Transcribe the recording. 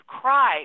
cry